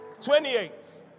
28